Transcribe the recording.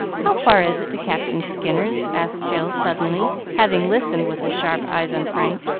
how far is it to captain skinner's? asked jill suddenly, having listened, with her sharp eyes on frank,